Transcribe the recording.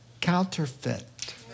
Counterfeit